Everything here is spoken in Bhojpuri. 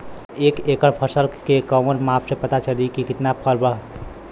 एक एकड़ फसल के कवन माप से पता चली की कितना फल बा?